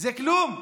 זה כלום,